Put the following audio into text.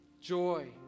joy